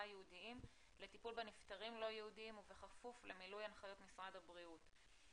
ייעודיים לטיפול בנפטרים לא-יהודים ובכפוף להוראות משרד הבריאות.